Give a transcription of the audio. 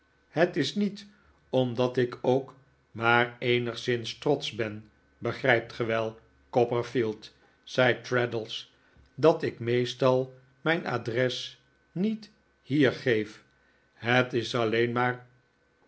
het is niet omdat ik ook maar eenigszins trotsch ben begrijpt ge wel copperfield zei traddles dat ik meestal mijn adres niet hier geef het is alleen maar